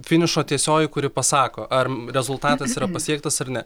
finišo tiesioji kuri pasako ar rezultatas yra pasiektas ar ne